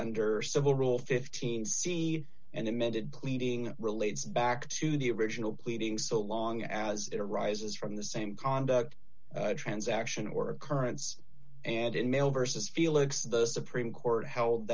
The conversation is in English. under civil rule fifteen see an amended pleading relates back to the original pleading so long as it arises from the same conduct transaction or occurrence and in male vs felix the supreme court held